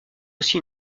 aussi